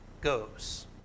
goes